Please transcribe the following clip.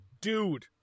Dude